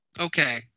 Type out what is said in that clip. Okay